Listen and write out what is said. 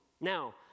Now